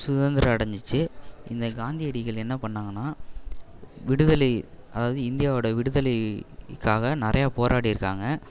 சுதந்திரம் அடைஞ்சிச்சு இந்த காந்தியடிகள் என்ன பண்ணாங்கன்னா விடுதலை அதாவது இந்தியாவோட விடுதலைக்காக நிறைய போராடிருக்காங்க